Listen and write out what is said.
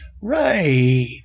Right